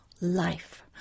life